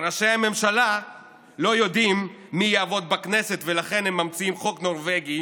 וראשי הממשלה לא יודעים מי יעבוד בכנסת ולכן הם ממציאים חוק נורבגי,